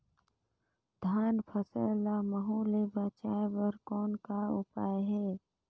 धान फसल ल महू ले बचाय बर कौन का उपाय हे?